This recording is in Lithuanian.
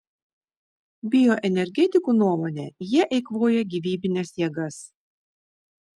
bioenergetikų nuomone jie eikvoja gyvybines jėgas